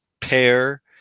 pair